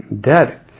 dead